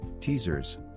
teasers